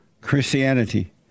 Christianity